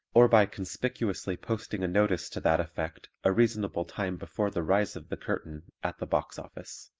or by conspicuously posting a notice to that effect a reasonable time before the rise of the curtain, at the box office.